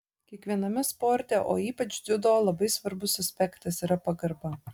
kiekviename sporte o ypač dziudo labai svarbus aspektas yra pagarba